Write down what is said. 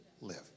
live